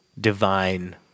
divine